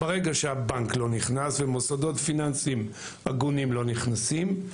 ברגע שהבנק לא נכנס ומוסדות פיננסיים הגונים לא נכנסים,